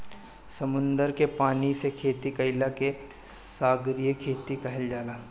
समुंदर के पानी से खेती कईला के सागरीय खेती कहल जाला